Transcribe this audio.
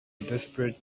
desperate